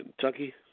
Kentucky